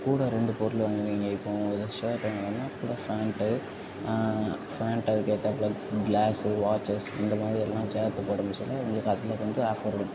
கூட ரெண்டு பொருள் வாங்குறீங்க இப்போ ஒரு ஷர்ட் ஒன்று வாங்குன்னா கூட ஃபேண்ட்டு ஃபேண்ட்டு அதற்கேத்தாப்ல க்ளாஸ்ஸு வாட்ச்சஸ் இந்த மாதிரியெல்லாம் சேர்த்து போடணும் சொல்லி உங்களுக்கு அதுலருந்து ஆஃபர் விழும்